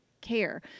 care